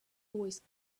voice